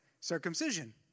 Circumcision